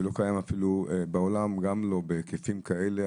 שלא קיים אפילו בעולם, גם לא בהיקפים כאלה.